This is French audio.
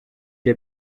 est